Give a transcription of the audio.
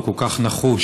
הוא כל כך נחוש,